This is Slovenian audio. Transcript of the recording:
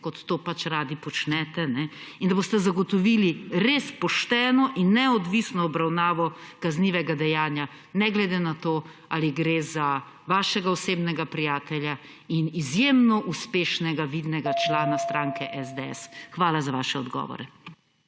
kot to pač radi počnete, in boste zagotovili res pošteno in neodvisno obravnavo kaznivega dejanja ne glede na to, ali gre za vašega osebnega prijatelja in izjemno uspešnega, vidnega člana stranke SDS? To ne nazadnje